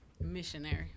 Missionary